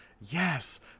yes